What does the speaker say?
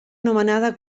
nomenada